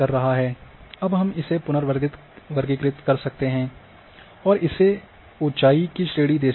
अब हम इसे पुनर्वर्गीकृत कर सकते हैं और इसे ऊँचाई की श्रेणी दे सकते हैं